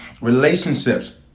Relationships